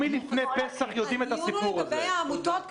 מלפני פסח אנחנו יודעים את הסיפור הזה.